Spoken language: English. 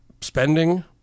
spending